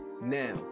Now